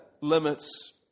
limits